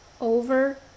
over